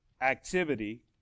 activity